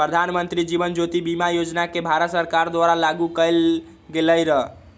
प्रधानमंत्री जीवन ज्योति बीमा योजना के भारत सरकार द्वारा लागू कएल गेलई र